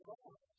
God